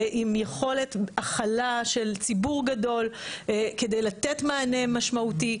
עם יכולת הכלה של ציבור גדול כדי לתת מענה משמעותי.